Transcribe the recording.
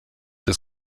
des